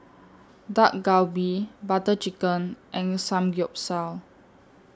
Dak Galbi Butter Chicken and Samgyeopsal